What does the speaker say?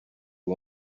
you